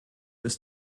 ist